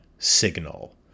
Signal